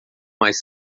mais